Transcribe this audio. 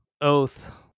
oath